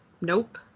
Nope